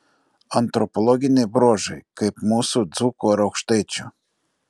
antropologiniai bruožai kaip mūsų dzūkų ar aukštaičių